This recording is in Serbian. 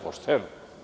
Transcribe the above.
Pošteno.